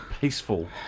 peaceful